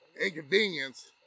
Inconvenience